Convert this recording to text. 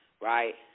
right